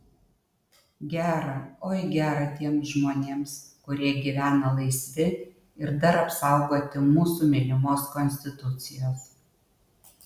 gera oi gera tiems žmonėms kurie gyvena laisvi ir dar apsaugoti mūsų mylimos konstitucijos